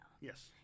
Yes